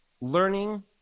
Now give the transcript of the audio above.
learning